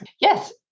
Yes